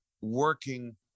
working